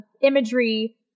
imagery